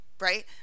Right